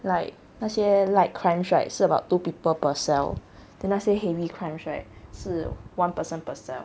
like 那些 light crimes right 是 about two people per cell then 那些 heavy crimes right 是 one person per cell